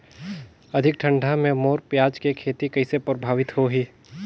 अधिक ठंडा मे मोर पियाज के खेती कइसे प्रभावित होही?